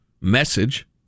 message